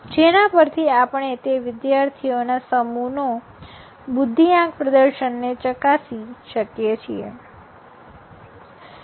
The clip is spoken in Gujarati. જેના પરથી આપણે તે વિદ્યાર્થીઓના સમૂહનો બુદ્ધિઆંક પ્રદર્શનને ચકાસી શકીએ છીએ